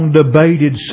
debated